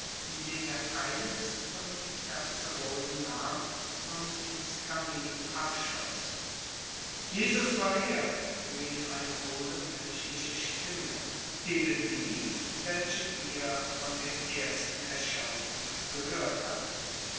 indem er eines von den terzerolen nahm und ins kamin abschoß jesus maria rief eine hohle menschliche stimme eben die welche wir von der ersten erscheinung gehört hatten